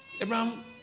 Abraham